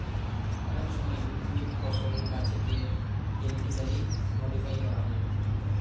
অনেক সময় উদ্ভিদ, ফসল, গাছেকে জেনেটিক্যালি মডিফাই করা হয়